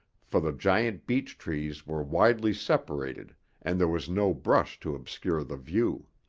for the giant beech trees were widely separated and there was no brush to obscure the view.